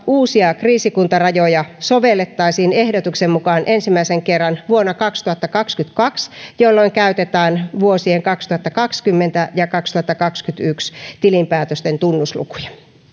uusia kriisikuntarajoja sovellettaisiin ehdotuksen mukaan ensimmäisen kerran vuonna kaksituhattakaksikymmentäkaksi jolloin käytetään vuosien kaksituhattakaksikymmentä ja kaksituhattakaksikymmentäyksi tilinpäätösten tunnuslukuja